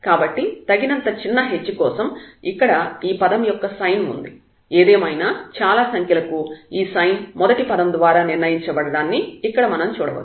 కాబట్టి తగినంత చిన్న h కోసం ఇక్కడ ఈ పదం యొక్క సైన్ ఉంది ఏదేమైనా చాలా సంఖ్యలకు ఈ సైన్ మొదటి పదం ద్వారా నిర్ణయించబడడాన్నిఇక్కడ మనం చూడవచ్చు